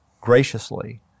graciously